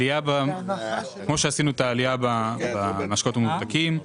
כמו שעשינו את העלייה במשקאות הממותקים,